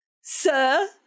sir